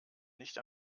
nicht